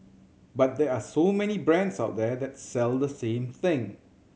but there are so many brands out there that sell the same thing